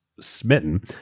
smitten